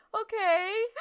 Okay